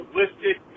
listed